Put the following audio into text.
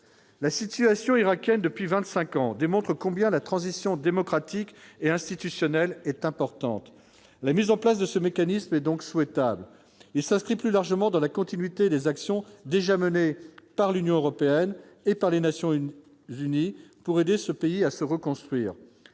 la situation irakienne depuis 25 ans démontre combien la transition démocratique et institutionnel est importante, la mise en place de ce mécanisme donc souhaitables, il s'inscrit plus largement dans la continuité des actions déjà menées par l'Union européenne et par les nations une vue ni pour aider ce pays à se reconstruire